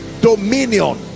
dominion